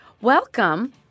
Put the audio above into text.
Welcome